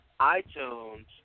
iTunes